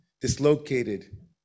dislocated